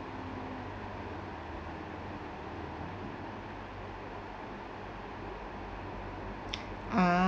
ah